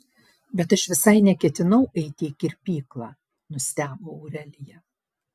bet aš visai neketinau eiti į kirpyklą nustebo aurelija